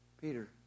Peter